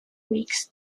weeks